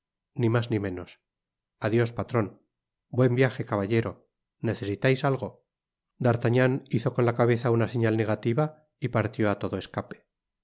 ni mas ni meaos adiós patron buen viaje caballero necesitais algo d'artagaan hiao eou la cabeza una señal aegaiiva y partió t todo escapo